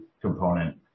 component